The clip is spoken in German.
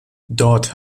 dort